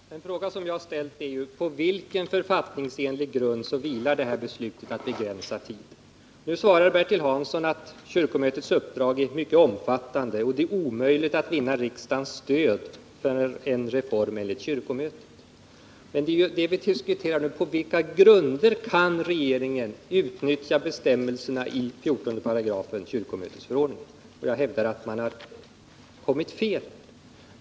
Herr talman! Den fråga som jag ställt är: På vilken författningsenlig grund vilar detta beslut att begränsa tiden? Bertil Hansson säger i svaret att kyrkomötets uppdrag är mycket omfattande och att det är omöjligt att vinna riksdagens stöd för en reform enligt kyrkomötets önskemål. Men vi diskuterar väl nu på vilka grunder regeringen kan utnyttja bestämmelserna i 14 § kyrkomötesförordningen. Jag hävdar att man kommit fel.